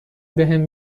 بهم